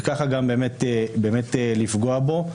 וככה גם באמת לפגוע בו.